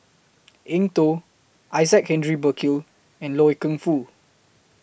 Eng Tow Isaac Hendrick Burkill and Loy Keng Foo